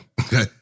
okay